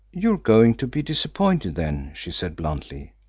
you're going to be disappointed, then, she said bluntly.